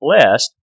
Blessed